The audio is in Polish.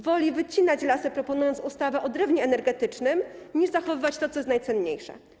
Woli wycinać lasy, proponując ustawę o drewnie energetycznym, niż zachowywać to, co jest najcenniejsze.